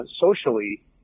socially